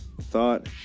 thought